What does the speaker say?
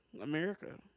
America